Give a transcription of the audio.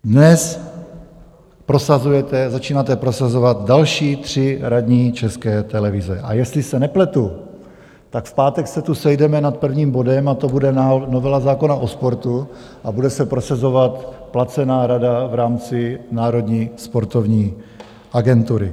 Dnes prosazujete, začínáte prosazovat, další tři radní České televize, a jestli se nepletu, tak v pátek se tu sejdeme nad prvním bodem a to bude novela zákona o sportu a bude se prosazovat placená rada v rámci Národní sportovní agentury.